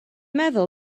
meddwl